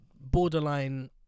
borderline